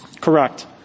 Correct